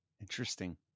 Interesting